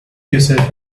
yourself